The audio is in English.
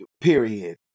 period